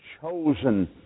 chosen